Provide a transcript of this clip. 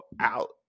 out